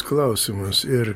klausimas ir